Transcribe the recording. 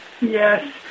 Yes